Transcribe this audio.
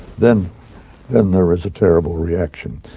then then there's a terrible reaction.